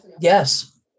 Yes